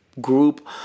group